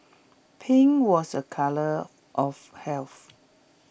pink was A colour of health